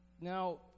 Now